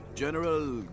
General